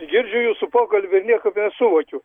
girdžiu jūsų pokalbį nieko nesuvokiu